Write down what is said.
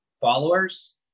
followers